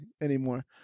anymore